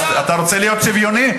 אתה רוצה להיות שוויוני,